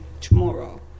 tomorrow